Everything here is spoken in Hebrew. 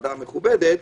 מהוועדה המכובדת,